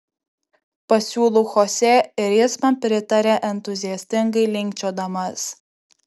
pasiūlau chosė ir jis man pritaria entuziastingai linkčiodamas